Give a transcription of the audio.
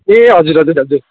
ए हजुर हजुर हजुर